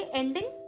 ending